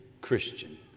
Christian